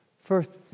First